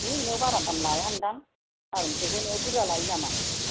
सुहोहैनायाव बारा दाम लायाखोमा बुरजा लायो नामा